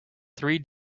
three